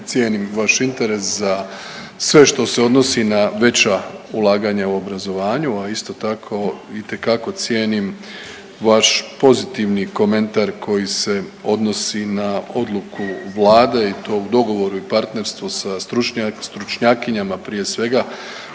cijenim vaš interes za sve što se odnosi na veća ulaganja u obrazovanju, a isto tako itekako cijenim vaš pozitivni komentar koji se odnosi na odluku Vlade i to u dogovoru i partnerstvu sa stručnjakinjama prije svega